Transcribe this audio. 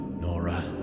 Nora